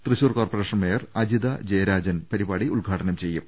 Thrissur corporation mayor Ajitha Jayarajan പരിപാടി ഉദ്ഘാടനും ചെയ്യും